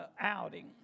outing